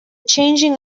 changing